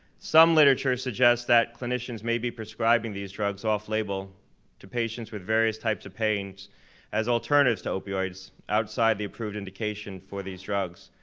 some literature suggests that clinicians may be prescribing these drugs off-label to patients with various types of pains as alternatives to opioids outside the approved indication for these drugs.